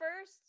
first